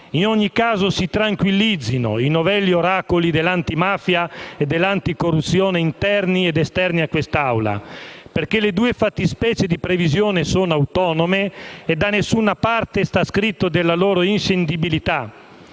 In ogni caso si tranquillizzino i novelli oracoli dell'antimafia e dell'anticorruzione interni ed esterni a quest'Aula, perché le due fattispecie di previsione sono autonome e da nessuna parte sta scritto della loro inscindibilità.